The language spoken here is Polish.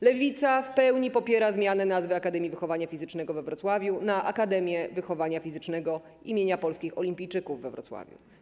Lewica w pełni popiera zmianę nazwy Akademii Wychowania Fizycznego we Wrocławiu na Akademię Wychowania Fizycznego im. Polskich Olimpijczyków we Wrocławiu.